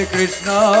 Krishna